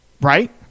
right